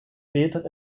beter